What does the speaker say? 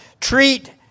treat